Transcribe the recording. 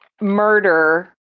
murder